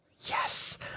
yes